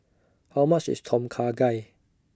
How much IS Tom Kha Gai